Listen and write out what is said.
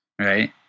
right